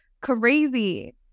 crazy